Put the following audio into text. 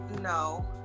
No